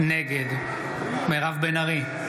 נגד מירב בן ארי,